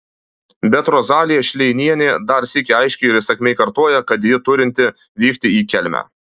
bet rozalija šleinienė dar sykį aiškiai ir įsakmiai kartoja kad ji turinti vykti į kelmę